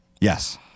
yes